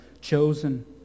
chosen